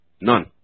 None